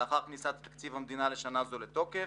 לאחר כניסת תקציב המדינה לשנה זו לתוקף.